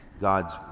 God's